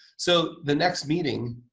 so, the next meeting